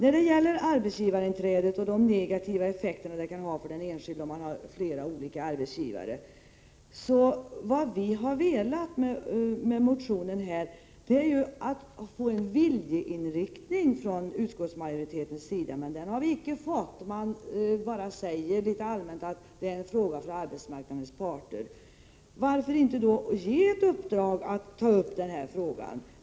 Beträffande arbetsgivarinträdet och de negativa effekter det kan ha för den enskilde om man har flera olika arbetsgivare vill jag säga följande. Vad vi har velat med vår motion är att få en viljeinriktning uttalad från utskottets sida, men det har vi inte fått. Utskottsmajoriteten säger bara rent allmänt att detta är en fråga för arbetsmarknadens parter. Varför då inte ge dem ett uppdrag att ta upp denna fråga?